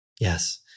Yes